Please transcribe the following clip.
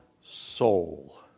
soul